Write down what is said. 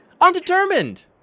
Undetermined